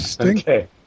Okay